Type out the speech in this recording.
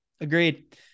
agreed